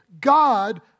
God